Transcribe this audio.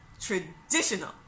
traditional